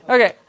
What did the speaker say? Okay